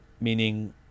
Meaning